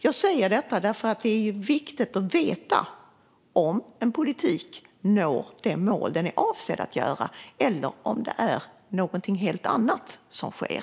Jag säger detta därför att det är viktigt att veta om en politik når de mål den är avsedd att nå eller om det är någonting helt annat som sker.